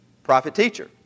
prophet-teacher